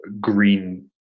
green